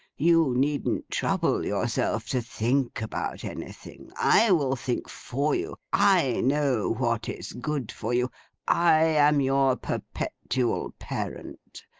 you needn't trouble yourself to think about anything. i will think for you i know what is good for you i am your perpetual parent.